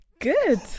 good